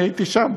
אני הייתי שם,